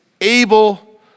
able